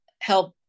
help